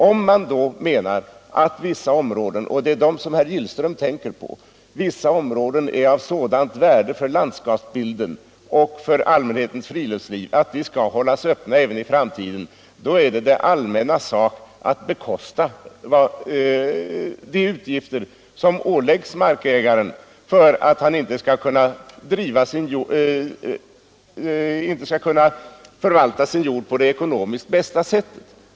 Om man då menar att vissa områden — och det är dem herr Gillström tänker på — är av sådant värde för landskapsbilden och för allmänhetens friluftsliv att de skall hållas öppna även i framtiden, är det det allmännas sak att stå för utgifterna för åtgärder som åläggs markägaren och medför att han inte kan förvalta sin jord på det ekonomiskt bästa sättet.